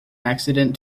accident